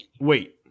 wait